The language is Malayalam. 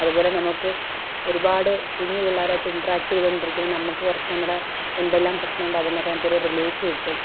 അതുപോലെ നമുക്ക് ഒരുപാട് കുഞ്ഞു പിള്ളേരായിട്ട് ഇൻട്രാക്ട് ചെയ്തുകൊണ്ട് ഇരിക്കുമ്പം തന്നെ നമ്മുക്ക് കുറച്ച് നമ്മുടെ എന്തെല്ലാം പ്രശ്നം ഉണ്ടോ അതിൽ നിന്നൊക്കെ നമുക്ക് ഒരു റിലീഫ് കിട്ടും